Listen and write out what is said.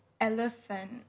elephant